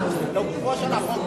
מה דעתך לגופו של החוק?